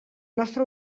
nostra